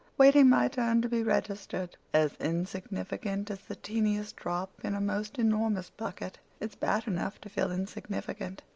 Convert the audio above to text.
waiting my turn to be registered as insignificant as the teeniest drop in a most enormous bucket. it's bad enough to feel insignificant,